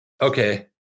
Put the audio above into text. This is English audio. Okay